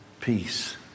peace